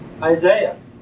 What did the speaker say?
Isaiah